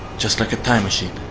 just like a time machine.